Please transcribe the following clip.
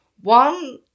One